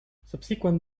subsequent